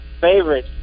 favorite